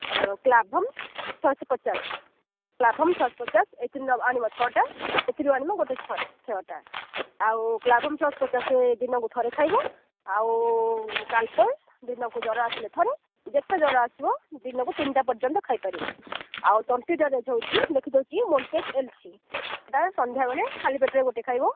କ୍ଲାଭମ୍ ଛଅଶହ ପଚାଶ କ୍ଲାଭମ୍ ଛଅଶହ ପଚାଶ ଏଥିରୁ ଆଣିବ ଛଅଟା ଏଥିରୁ ଆଣିବ ଗୋଟେ ଛଅଟା ଛଅଟା ଆଉ କ୍ଲାଭମ୍ ଛଅଶହ ପଚାଶ ଦିନକୁ ଥରେ ଖାଇବ ଆଉ କାଲ୍ପୋଲ୍ ଦିନକୁ ଜ୍ଵର ଆସିଲେ ଥରେ ଯେତେ ଜ୍ଵର ଆସିବ ଦିନକୁ ତିନିଟା ପର୍ଯ୍ୟନ୍ତ ଖାଇ ପାରିବ ଆଉ ତଣ୍ଟି ଦରଜ ହେଉଛି ଲେଖି ଦେଉଛି ମଣ୍ଟେକ୍ ଏଲ୍ ସି ଏଇଟା ସନ୍ଧ୍ୟା ବେଳେ ଖାଲି ପେଟରେ ଗୋଟେ ଖାଇବ